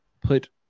put